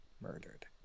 murdered